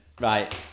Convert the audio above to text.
Right